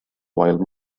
while